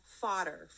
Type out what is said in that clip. fodder